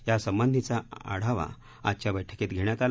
यासंबधीचा आढावा आजच्या बैठकीत घेण्यात आला